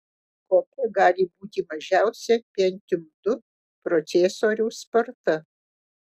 kokia gali būti mažiausia pentium ii procesoriaus sparta